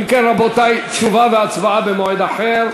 אם כן, רבותי, תשובה והצבעה במועד אחר.